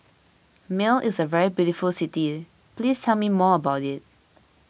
Male is a very beautiful city please tell me more about it